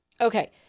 okay